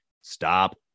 stop